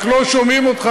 רק לא שומעים אותך,